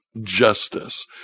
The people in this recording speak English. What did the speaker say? justice